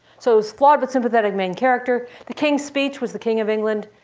so it's flawed but sympathetic main character. the king's speech was the king of england.